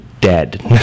dead